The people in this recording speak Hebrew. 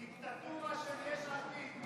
דיקטטורה של יש עתיד.